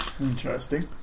Interesting